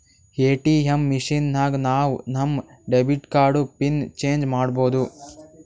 ATM machine ನಾಗ್ ನಾವ್ ನಮ್ ಡೆಬಿಟ್ ಕಾರ್ಡ್ದು ಪಿನ್ ಚೇಂಜ್ ಮಾಡ್ಬೋದು